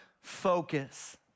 focus